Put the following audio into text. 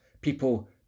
people